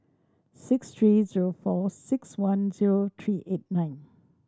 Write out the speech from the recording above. six three zero four six one zero three eight nine